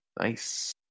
nice